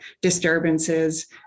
disturbances